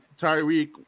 Tyreek